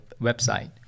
website